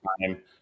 time